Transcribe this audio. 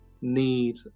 need